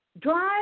Drive